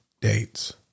dates